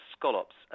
scallops